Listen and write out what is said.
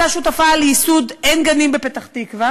הייתה שותפה לייסוד עין-גנים בפתח-תקווה